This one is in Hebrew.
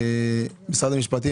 משרד המשפטים,